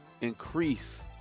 increase